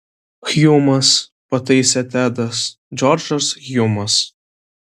hjumas pataisė tedas džordžas hjumas